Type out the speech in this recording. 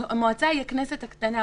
המועצה היא הכנסת הקטנה.